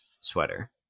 sweater